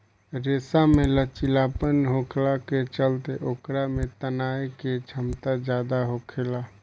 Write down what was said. रेशा में लचीलापन होखला के चलते ओकरा में तनाये के क्षमता ज्यादा होखेला